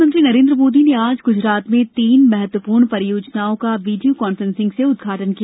प्रधानमंत्री नरेन्द्र मोदी ने आज ग्रजरात में तीन महत्वपूर्ण परियोजनाओं का वीडियो कांफ्रेंसिंग से उद्घाटन किया